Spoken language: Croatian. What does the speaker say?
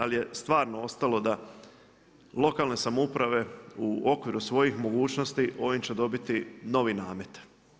Ali je stvarno ostalo da lokalne samouprave u okviru svojih mogućnosti ovim će dobiti novi namet.